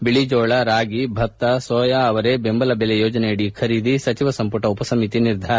ಬಿಳಿಜೋಳ ರಾಗಿ ಭತ್ತ ಸೋಯಾ ಅವರೆ ಬೆಂಬಲ ಬೆಲೆ ಯೋಜನೆಯಡಿ ಖರೀದಿ ಸಚಿವ ಸಂಪುಟ ಉಪಸಮಿತಿ ನಿರ್ಧಾರ